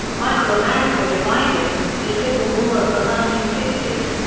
michael. america divided the civil war of the nineteen sixty s,